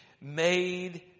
made